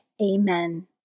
Amen